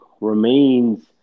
remains